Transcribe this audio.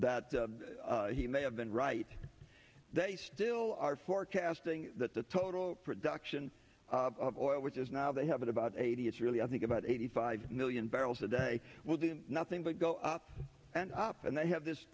that he may have been right they still are forecasting that the total production of oil which is now they have about eighty it's really i think about eighty five million barrels a day with nothing to go up and up and they have this